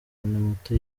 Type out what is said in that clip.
moto